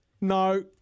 No